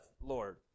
Lord